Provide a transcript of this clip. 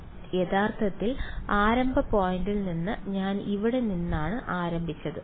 അല്ല യഥാർത്ഥ ആരംഭ പോയിന്റിൽ നിന്ന് ഞാൻ എവിടെ നിന്നാണ് ആരംഭിക്കുന്നത്